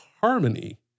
harmony